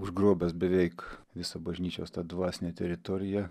užgrobęs beveik visą bažnyčios dvasinę teritoriją